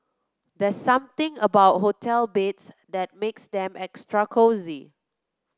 there's something about hotel beds that makes them extra cosy